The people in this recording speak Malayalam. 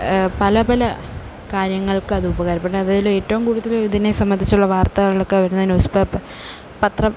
പല പല കാര്യങ്ങൾക്കത് ഉപകാരപ്പെടും അതേപോലെ ഏറ്റവും കൂടുതലും ഇതിനെ സംബന്ധിച്ചുള്ള വാർത്തകളൊക്കെ വരുന്ന ന്യൂസ് പേപ്പർ പത്രം